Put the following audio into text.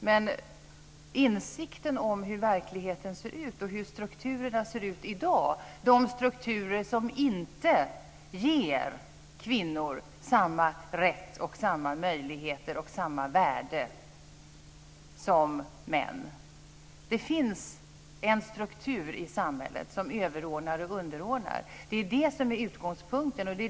Men här handlar det om insikten om hur verkligheten ser ut och hur strukturerna ser ut i dag, om de strukturer som inte ger kvinnor samma rätt, samma möjligheter och samma värde som män. Det finns en struktur i samhället som överordnar och underordnar. Det är det som är utgångspunkten.